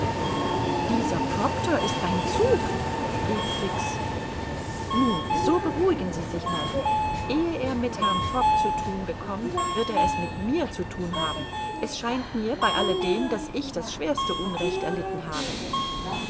dieser proctor ist beim zug rief fix nun so beruhigen sie sich madame ehe er mit herrn fogg zu thun bekommt wird er es mit mir zu thun haben es scheint mir bei alledem daß ich das schwerste unrecht erlitten habe